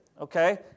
okay